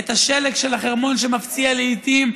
את השלג של החרמון שמפציע לעיתים,